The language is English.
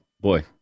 boy